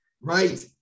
Right